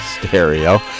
stereo